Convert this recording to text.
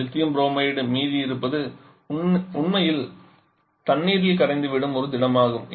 lithium bromide மீதியிருப்பது உண்மையில் தண்ணீரில் கரைந்துவிடும் ஒரு திடமாகும்